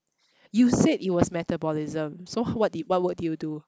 you said it was metabolism so what did what work did you do